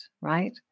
right